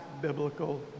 biblical